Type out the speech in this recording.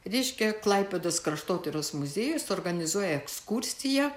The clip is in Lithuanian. reiškia klaipėdos kraštotyros muziejus organizuoja ekskursiją